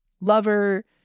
lover